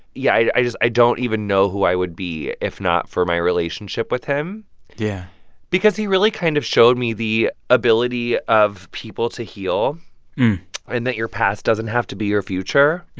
yeah. i just i don't even know who i would be if not for my relationship with him yeah because he really kind of showed me the ability of people to heal and that your past doesn't have to be your future.